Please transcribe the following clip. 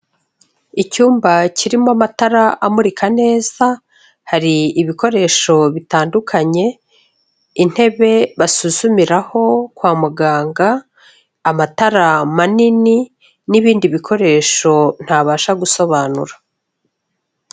Icyumba kirimo amatara amurika neza, hari ibikoresho bitandukanye, intebe basuzumiraho kwa muganga, amatara manini n'ibindi bikoresho ntabasha gusobanura.